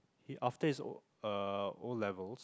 he after his uh O-levels